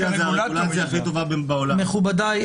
מכובדיי,